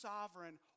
Sovereign